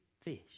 fish